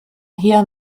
heer